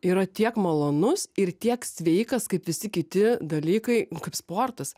yra tiek malonus ir tiek sveikas kaip visi kiti dalykai kaip sportas